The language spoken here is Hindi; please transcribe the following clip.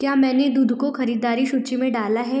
क्या मैंने दूध को ख़रीदारी सूचि में डाला है